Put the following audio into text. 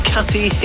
Catty